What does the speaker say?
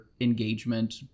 engagement